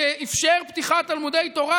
שאפשר פתיחת תלמודי תורה,